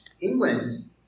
England